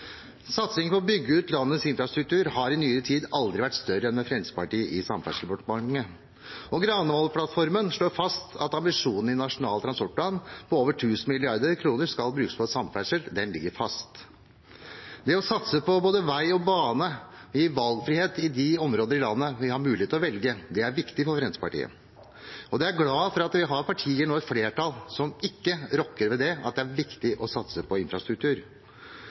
Satsingen på å bygge ut landets infrastruktur har i nyere tid aldri vært større enn med Fremskrittspartiet i Samferdselsdepartementet. Granavolden-plattformen slår fast at ambisjonen i Nasjonal transportplan om at over 1 000 mrd. kr skal brukes på samferdsel, ligger fast. Det å satse på både vei og bane gir valgfrihet i de områdene av landet der man har mulighet til å velge. Det er viktig for Fremskrittspartiet. Jeg er glad for at det er et flertall blant partiene som ikke rokker ved at det er viktig å satse på infrastruktur.